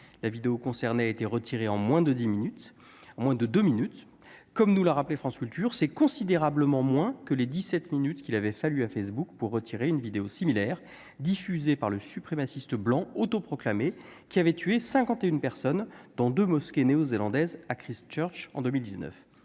La vidéo dont il est question a été retirée en moins de deux minutes : comme nous l'a rappelé France Culture, « c'est considérablement moins que les 17 minutes qu'il avait fallu à Facebook pour retirer une vidéo similaire, diffusée par le suprématiste blanc autoproclamé qui avait tué 51 personnes dans deux mosquées néo-zélandaises, à Christchurch, en 2019